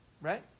right